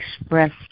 expressed